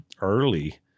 early